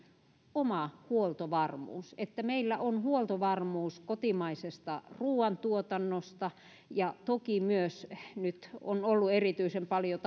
oma huoltovarmuus se että meillä on huoltovarmuus kotimaisesta ruoantuotannosta ja toki nyt myös on ollut erityisen paljon